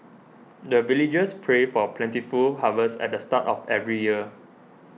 the villagers pray for plentiful harvest at the start of every year